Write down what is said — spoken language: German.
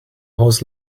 haus